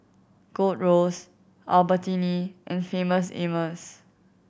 Gold Roast Albertini and Famous Amos